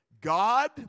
God